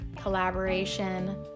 collaboration